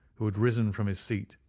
who had risen from his seat.